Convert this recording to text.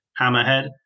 Hammerhead